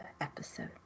Episode